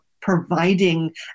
providing